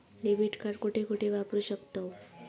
Debit card कुठे कुठे वापरू शकतव?